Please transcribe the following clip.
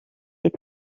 est